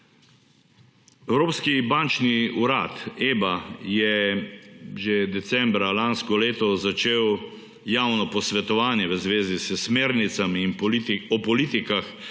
Evropski bančni urad EBA je že decembra lansko leto začel javno posvetovanje v zvezi s smernicami o politikah